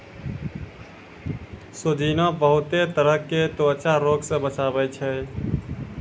सोजीना बहुते तरह के त्वचा रोग से बचावै छै